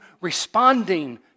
responding